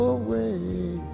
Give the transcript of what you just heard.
away